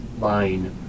line